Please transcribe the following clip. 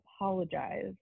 apologize